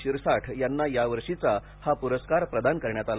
शिरसाठ यांना यावर्षीचा हा प्रस्कार प्रदान करण्यात आला